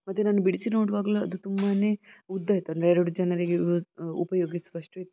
ಮತ್ತು ನಾನು ಬಿಡಿಸಿ ನೋಡುವಾಗಲೂ ಅದು ತುಂಬಾ ಉದ್ದ ಇತ್ತು ಅಂದರೆ ಎರಡು ಜನರಿಗೆ ಯು ಉಪಯೋಗಿಸುವಷ್ಟು ಇತ್ತು